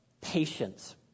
patience